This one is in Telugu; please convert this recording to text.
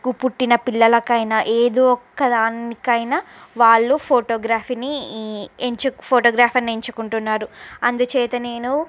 కు పుట్టిన పిల్లలకు అయినా ఎదో ఒక్క దానికి అయినా వాళ్ళు ఫోటోగ్రఫీని ఈ ఎంచు ఫోటోగ్రాఫర్ని ఎంచుకుంటున్నారు అందుచేత నేను